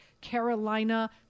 Carolina